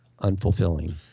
unfulfilling